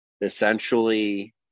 essentially